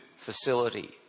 facility